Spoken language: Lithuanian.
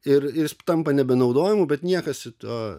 ir ir tampa nebenaudojamu bet niekas to